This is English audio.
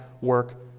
work